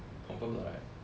confirm 的 right